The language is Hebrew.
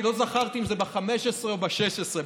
לא זכרתי אם זה ב-15 או ב-16.